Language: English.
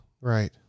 Right